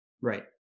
Right